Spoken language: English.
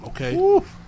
okay